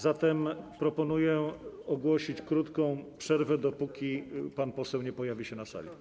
Zatem proponuję ogłosić krótką przerwę, dopóki pan poseł nie pojawi się na sali.